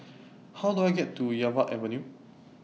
How Do I get to Yarwood Avenue